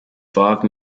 five